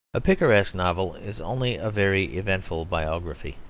a picaresque novel is only a very eventful biography